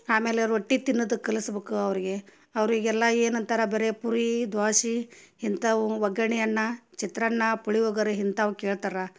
ಆಮೇಲೆ ರೊಟ್ಟಿ ತಿನ್ನೋದ್ ಕಲಸ್ಬಕು ಅವ್ರಿಗೆ ಅವರಿಗೆಲ್ಲ ಏನಂತಾರೆ ಬರೇ ಪೂರಿ ದ್ವಾಸೆ ಇಂಥವು ಒಗ್ಗರ್ಣೆ ಅನ್ನ ಚಿತ್ರಾನ್ನ ಪುಳಿಯೋಗರೆ ಇಂತಾವ್ ಕೇಳ್ತಾರ